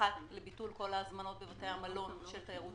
באחת לביטול כל ההזמנות בבתי המלון של תיירות